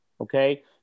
okay